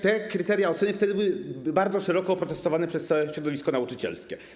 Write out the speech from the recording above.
Te kryteria oceny wtedy były bardzo szeroko oprotestowane przez całe środowisko nauczycielskie.